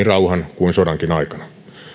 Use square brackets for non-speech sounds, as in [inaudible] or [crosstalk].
[unintelligible] rauhan kuin sodankin aikana